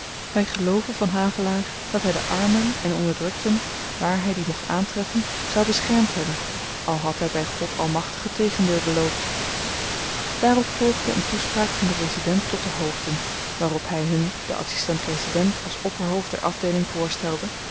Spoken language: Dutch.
wy gelooven van havelaar dat hy de armen en onderdrukten waar hy die mocht aantreffen zou beschermd hebben al had hy by god almachtig het tegendeel beloofd daarop volgde een toespraak van den resident tot de hoofden waarop hy hun den adsistent resident als opperhoofd der afdeeling voorstelde